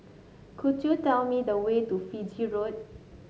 could you tell me the way to Fiji Road